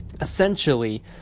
Essentially